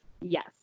Yes